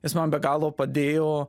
jis man be galo padėjo